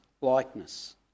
likeness